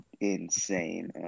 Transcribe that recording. insane